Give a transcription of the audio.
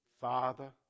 Father